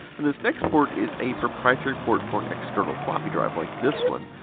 and this next port is a proprietary port for an external floppy drive like this one.